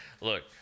Look